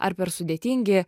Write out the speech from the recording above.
ar per sudėtingi